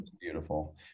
beautiful